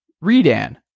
Redan